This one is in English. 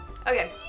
Okay